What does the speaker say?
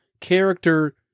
character